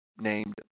named